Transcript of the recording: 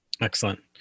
Excellent